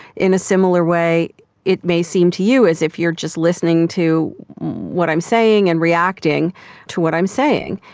in a similar way it may seem to you as if you're just listening to what i'm saying and reacting to what i'm saying,